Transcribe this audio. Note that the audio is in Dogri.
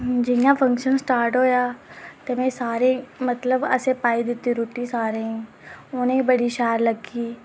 जि'यां फंक्शन स्टार्ट होएआ ते में सारें ई मतलब में पाई दित्ती रुट्टी सारें गी उ'नें ई बड़ी शैल लग्गी